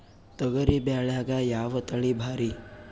ತೊಗರಿ ಬ್ಯಾಳ್ಯಾಗ ಯಾವ ತಳಿ ಭಾರಿ?